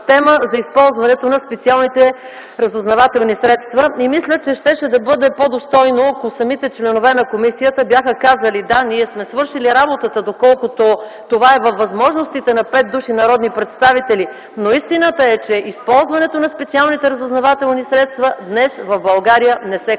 тема за използването на специалните разузнавателни средства. Мисля, че щеше да бъде по-достойно, ако самите членове на комисията бяха казали: да, ние сме свършили работата, доколкото това е във възможностите на пет души, народни представители. Но истината е, че използването на специалните разузнавателни средства днес в България не се контролира.